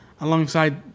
alongside